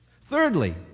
Thirdly